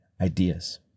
ideas